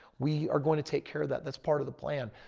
we are going to take care of that. that's part of the plan.